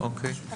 אוקיי.